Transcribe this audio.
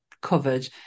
covered